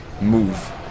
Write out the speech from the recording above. move